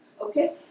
okay